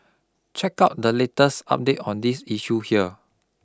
check out the latest update on this issue here